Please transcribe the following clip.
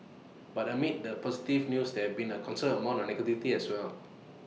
but amid the positive news there's been A considerable amount of negativity as well